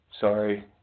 Sorry